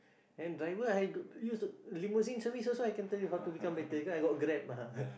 and driver had to use limousine service also I can tell you how to become better because I got Grab